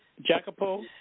Jacopo